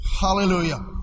Hallelujah